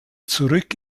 zurück